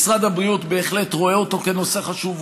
משרד הבריאות בהחלט רואה אותו כנושא חשוב.